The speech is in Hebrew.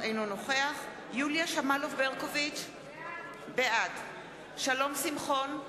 אינו נוכח יוליה שמאלוב-ברקוביץ, בעד שלום שמחון,